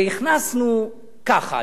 והכנסנו ככה,